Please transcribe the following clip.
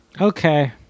Okay